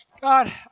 God